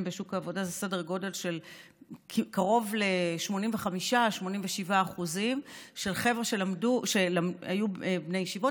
בשוק העבודה זה סדר גודל של קרוב ל-85%-87% של חבר'ה שהיו בני ישיבות,